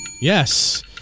Yes